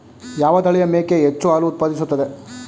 ಯಾವ ತಳಿಯ ಮೇಕೆ ಹೆಚ್ಚು ಹಾಲು ಉತ್ಪಾದಿಸುತ್ತದೆ?